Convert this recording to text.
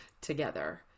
together